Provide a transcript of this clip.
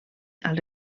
als